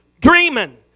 dreaming